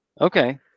okay